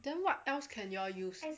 then what else can you all use